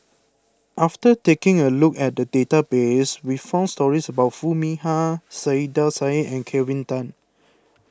after taking a look at the database we found stories about Foo Mee Har Saiedah Said and Kelvin Tan